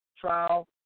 trial